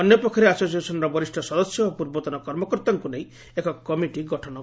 ଅନ୍ୟ ପକ୍ଷରେ ଆସୋସିଏସନ୍ର ବରିଷ୍ ସଦସ୍ୟ ଓ ପୂର୍ବତନ କର୍ମକର୍ତ୍ତାଙ୍କୁ ନେଇ ଏକ କମିଟି ଗଠନ କରାଯିବ